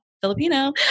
Filipino